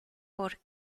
por